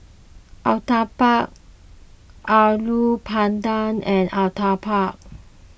Uthapam Alu Matar and Uthapam